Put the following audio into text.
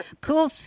cool